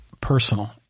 personal